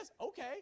okay